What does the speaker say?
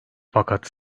fakat